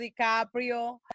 DiCaprio